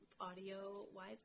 audio-wise